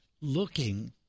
looking